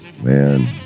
Man